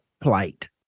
plight